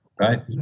right